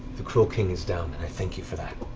the cruel king is down, and i thank you for that.